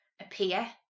appear